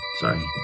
sorry